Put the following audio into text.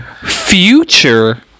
future